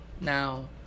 Now